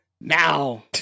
Now